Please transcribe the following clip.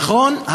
נכון,